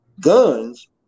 guns